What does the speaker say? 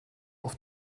auf